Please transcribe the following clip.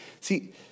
See